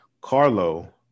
Carlo